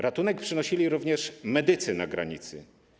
Ratunek przynosili również medycy na granicy.